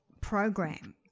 program